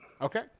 Okay